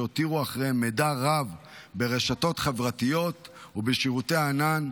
שהותירו אחריהם מידע רב ברשתות חברתיות ובשירותי ענן,